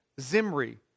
Zimri